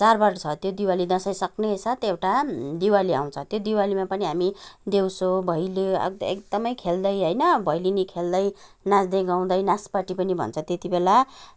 चाडबाड छ त्यो दिवाली दसैँ सक्ने साथ एउटा दिवाली आउँछ त्यो दिवालीमा पनि हामी देउसी भैलो अब एकदमै खेल्दै होइन भैलेनी खेल्दै नाँच्दै गाउँदै नाँच पाटी पनि भन्छ त्यत्तिबेला